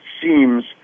seems